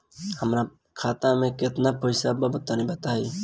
हमरा खाता मे केतना पईसा बा तनि बताईं?